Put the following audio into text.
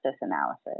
analysis